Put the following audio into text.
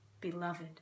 beloved